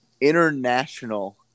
international